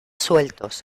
sueltos